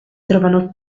trovano